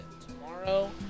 tomorrow